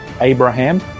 Abraham